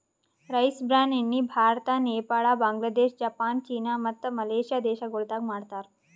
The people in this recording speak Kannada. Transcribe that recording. ರೈಸ್ ಬ್ರಾನ್ ಎಣ್ಣಿ ಭಾರತ, ನೇಪಾಳ, ಬಾಂಗ್ಲಾದೇಶ, ಜಪಾನ್, ಚೀನಾ ಮತ್ತ ಮಲೇಷ್ಯಾ ದೇಶಗೊಳ್ದಾಗ್ ಮಾಡ್ತಾರ್